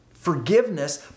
forgiveness